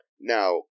Now